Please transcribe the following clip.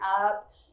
up